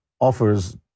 offers